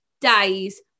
days